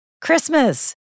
Christmas